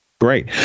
Great